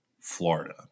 Florida